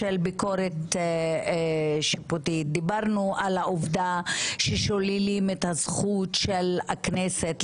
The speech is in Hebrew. מי בעד הרביזיה על ההסתייגות השנייה?